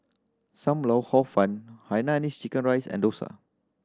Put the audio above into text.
Sam Lau Hor Fun Hainanese chicken rice and dosa